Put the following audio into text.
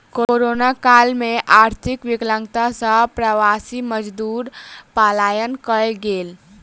corona काल में आर्थिक विकलांगता सॅ प्रवासी मजदूर पलायन कय गेल